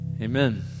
Amen